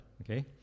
okay